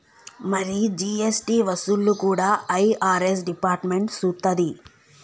మరి జీ.ఎస్.టి వసూళ్లు కూడా ఐ.ఆర్.ఎస్ డిపార్ట్మెంట్ సూత్తది